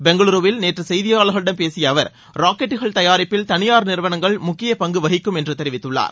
பெங்களூருவில் நேற்று செய்தியாளர்களிடம் பேசிய அவர் ராக்கெட்டுகளை தயாரிப்பில் தனியார் நிறுவனங்கள் முக்கியப் பங்கு வகிக்கும் என்று தெரிவித்துள்ளார்